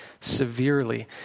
severely